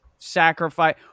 sacrifice